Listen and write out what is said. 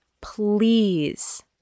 please